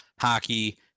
hockey